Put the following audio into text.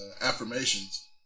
affirmations